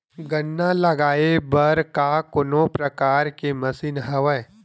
गन्ना लगाये बर का कोनो प्रकार के मशीन हवय?